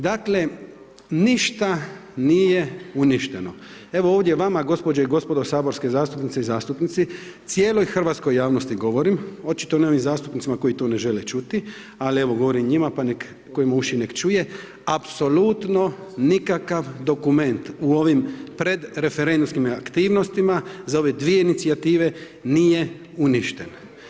Dakle, ništa nije uništeno, evo ovdje vama gospođe i gospodo saborske zastupnice i zastupnici, cijeloj hrvatskoj javnosti govorim očito ne ovim zastupnicima koji to ne žele čuti, ali evo govorim njima pa nek, ko ima uši nek čuje, apsolutno nikakav dokument u ovim pred referendumskim aktivnostima za ove dvije aktivnosti nije uništen.